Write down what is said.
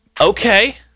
Okay